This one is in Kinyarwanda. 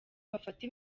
bafata